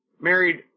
married